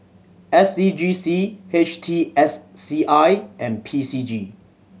S C G C H T S C I and P C G